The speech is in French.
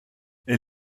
est